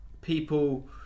people